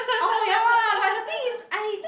oh yea but the thing is I